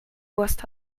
wurst